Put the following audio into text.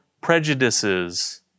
prejudices